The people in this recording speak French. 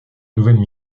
nouvelles